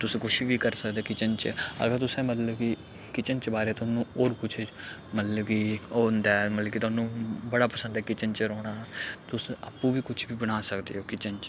तुस कुछ बी करी सकदे किचन च अगर तुसें मतलब कि किचन च बारे थुआनूं होर कुछ मतलब कि इक होंदा ऐ मतलब तुहानूं बड़ा पसंद ऐ किचन च रौह्ना तुस आपूं बी कुछ बी बना सकदे ओ किचन च